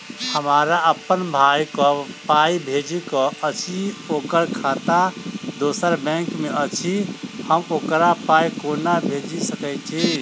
हमरा अप्पन भाई कऽ पाई भेजि कऽ अछि, ओकर खाता दोसर बैंक मे अछि, हम ओकरा पाई कोना भेजि सकय छी?